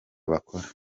bakora